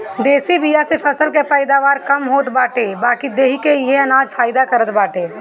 देशी बिया से फसल के पैदावार कम होत बाटे बाकी देहि के इहे अनाज फायदा करत बाटे